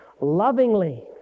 lovingly